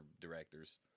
director's